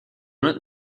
not